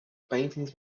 paintings